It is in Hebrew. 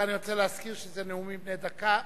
אני רוצה להזכיר שזה נאומים בני דקה.